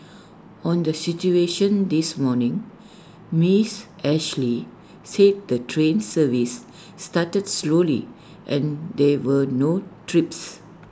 on the situation this morning miss Ashley said the train service started slowly and there were no trips